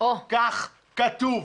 כך כתוב,